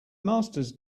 masters